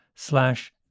Slash